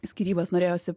skyrybas norėjosi